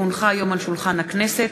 כי הונחה היום על שולחן הכנסת,